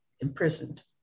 imprisoned